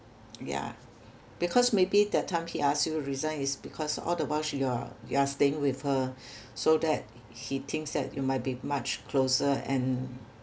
yeah because maybe that time he ask you resign is because all the while she you are you are staying with her so that he thinks that you might be much closer and